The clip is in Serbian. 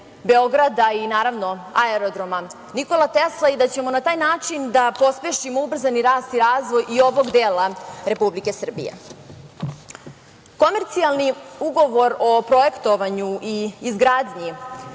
Beograda, i naravno, aerodroma „Nikola Tesla“ i da ćemo na taj način da pospešimo ubrzani rast i razvoj i ovog dela Republike Srbije. Komercijalni ugovor o projektovanju i izgradnji